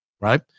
Right